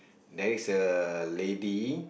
there is a lady